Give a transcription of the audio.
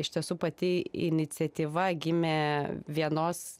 iš tiesų pati iniciatyva gimė vienos